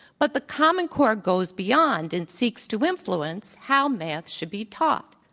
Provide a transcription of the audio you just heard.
but the common core goes beyond and seeks to influence how math should be taught,